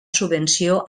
subvenció